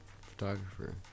Photographer